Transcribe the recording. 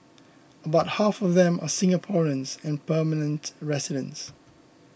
about half of them are Singaporeans and permanent residents